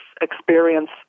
experience